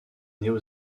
néo